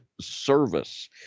service